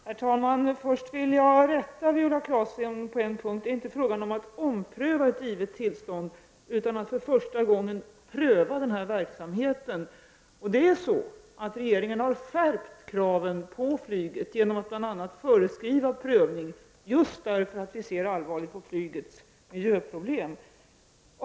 Herr talman! Först vill jag rätta Viola Claesson på en punkt. Det är inte fråga om att ompröva ett givet tillstånd utan att för första gången pröva den här verksamheten. Regeringen har skärpt kraven på flyget genom att bl.a. föreskriva prövning, just därför att vi ser allvarligt på de miljöproblem som flyget förorsakar.